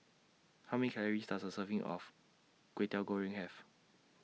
How Many Calories Does A Serving of Kwetiau Goreng Have